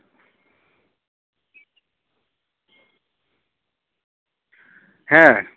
ᱦᱮᱸ